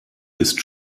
ist